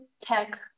tech